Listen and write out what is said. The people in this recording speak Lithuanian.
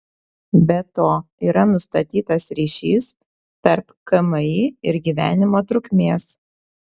be to yra nustatytas ryšys tarp kmi ir gyvenimo trukmės